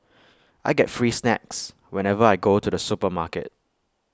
I get free snacks whenever I go to the supermarket